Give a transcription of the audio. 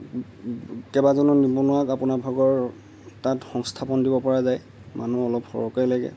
কেইবাজনো নিবনুৱাক আপোনাভাগৰ তাত সংস্থাপন দিব পৰা যায় মানুহ অলপ সৰহকৈ লাগে